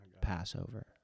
Passover